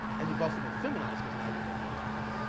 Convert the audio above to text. and you've also been feminized, cause now you're making estrogen.